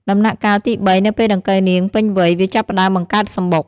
ដំណាក់កាលទី៣ នៅពេលដង្កូវនាងពេញវ័យ វាចាប់ផ្តើមបង្កើតសំបុក។